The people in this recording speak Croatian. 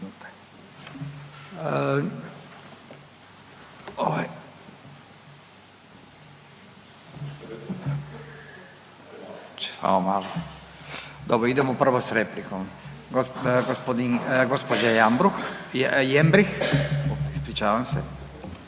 dobro idemo prvo s replikom. Gospo… gospodin, gospođa Jambruh, Jembrih ispričavam se.